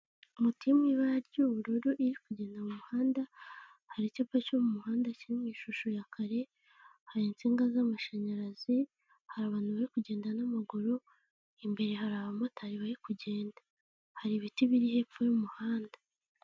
Moto iri mu ibara ry'ubururu iri kugenda mu muhanda, hari icyapa cyo mu muhanda kiririmo ishusho ya kare, hari insinga z'amashanyarazi, hari abantu bari kugenda n'amaguru, imbere hari abamotari bari kugenda, hari ibiti biri hepfo y'umuhanda.